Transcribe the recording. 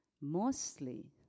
Mostly